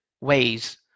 ways